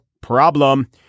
problem